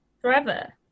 forever